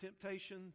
temptation